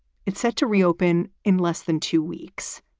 it's set to reopen in less than two weeks,